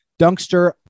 Dunkster